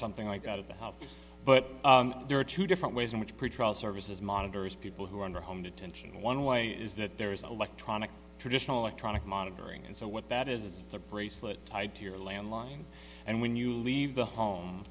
something like out of the house but there are two different ways in which pretrial services monitors people who are under home detention one way is that there is an electronic traditionally tronic monitoring and so what that is is the bracelet tied to your landline and when you leave the home